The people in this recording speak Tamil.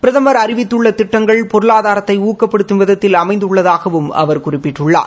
பிரதமா் அறிவித்துள்ள திட்டங்கள் பொருளாதாரத்தை ஊக்கப்படுத்தும் விதத்தில் அமைந்துள்ளதாகவும் அவா் குறிப்பிட்டுள்ளார்